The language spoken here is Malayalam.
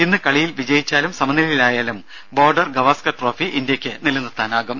ഇന്ന് കളിയിൽ വിജയിച്ചാലും സമനിലയിൽ ആയാലും ബോർഡർ ഗവാസ്കർ ട്രോഫി ഇന്ത്യക്ക് നിലനിർത്താനാകും